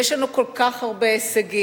ויש לנו כל כך הרבה הישגים.